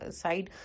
side